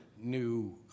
new